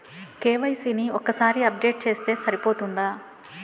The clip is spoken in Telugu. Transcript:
కే.వై.సీ ని ఒక్కసారి అప్డేట్ చేస్తే సరిపోతుందా?